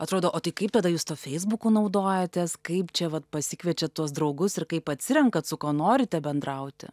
atrodo o tai kaip tada jūs tuo feisbuku naudojatės kaip čia vat pasikviečiat tuos draugus ir kaip atsirenkat su kuo norite bendrauti